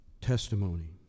testimony